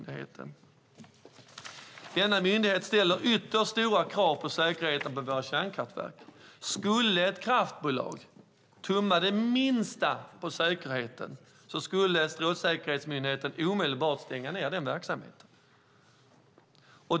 Denna myndighet ställer ytterst stora krav på säkerheten vid våra kärnkraftverk. Skulle ett kraftbolag tumma det minsta på säkerheten skulle Strålsäkerhetsmyndigheten omedelbart stänga ned deras verksamhet.